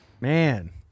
man